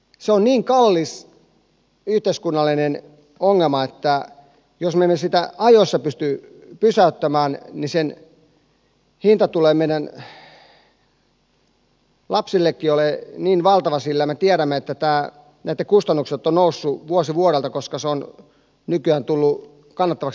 se on niin kallis yhteiskunnallinen ongelma että jos me emme sitä ajoissa pysty pysäyttämään niin sen hinta tulee meidän lapsillekin olemaan valtava sillä me tiedämme että näitten kustannukset ovat nousseet vuosi vuodelta koska se on nykyään tullut kannattavaksi liiketoiminnaksi